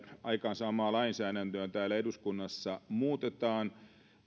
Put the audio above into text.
aikaansaamaa lainsäädäntöä täällä eduskunnassa muutetaan